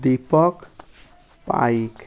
Deepak Paika